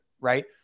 right